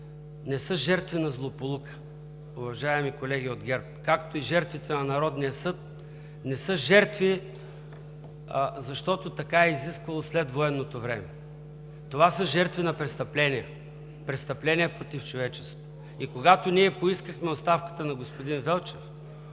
не са жертви на злополука, уважаеми колеги от ГЕРБ, както и жертвите на Народния съд не са жертви, защото така е изисквало следвоенното време. Те са жертви на престъпления, престъпления против човечеството! Когато поискахме оставката на господин Велчев,